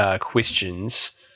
questions